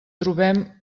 trobem